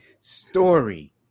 story